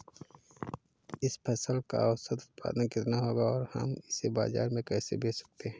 इस फसल का औसत उत्पादन कितना होगा और हम इसे बाजार में कैसे बेच सकते हैं?